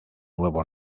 nuevo